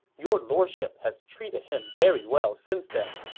your lordship has treated him very well since then.